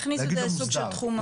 הכניסו את זה לסוג של תחום אפור.